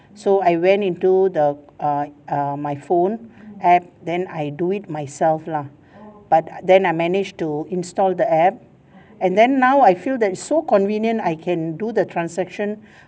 so I went into the uh um my phone app then I do it myself lah but then I managed to install the app and then now I feel that it's so convenient I can do the transaction